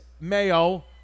mayo